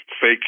fake